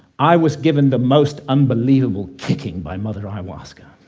i was given the most unbelievable kicking by mother ayahuasca.